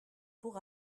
pour